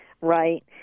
right